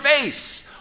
face